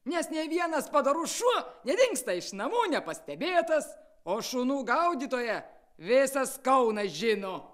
nes nei vienas padorus šuo nedingsta iš namo nepastebėtas o šunų gaudytoją visas kaunas žino